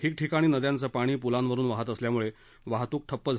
ठिकठिकाणी नद्यांचं पाणी पुलांवरून वाहत असल्यामुळे वाहतूक ठप्प झाली आहे